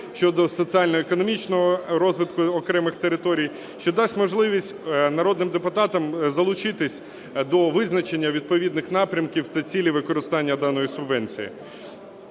щодо соціально-економічного розвитку окремих територій, що дасть можливість народним депутатам залучитися до визначення відповідних напрямків та цілі використання даної субвенції.